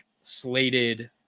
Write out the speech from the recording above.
slated